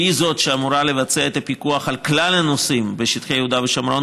שהיא שאמורה לבצע את הפיקוח על כלל הנושאים בשטחי יהודה ושומרון,